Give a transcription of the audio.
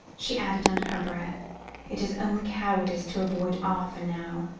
she added under her breath it is only cowardice to avoid arthur now.